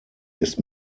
ist